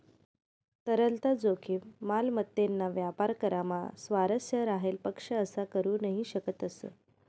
तरलता जोखीम, मालमत्तेना व्यापार करामा स्वारस्य राहेल पक्ष असा करू नही शकतस